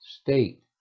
state